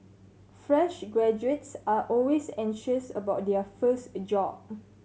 fresh graduates are always anxious about their first a job